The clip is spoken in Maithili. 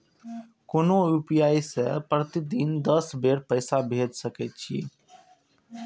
कोनो यू.पी.आई सं प्रतिदिन दस बेर पैसा भेज सकै छी